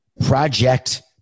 Project